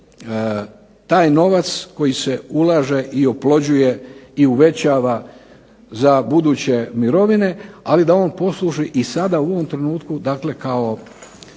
da se taj novac koji se ulaže i oplođuje i uvećava za buduće mirovine, ali da on posluži i sada u ovom trenutku dakle kao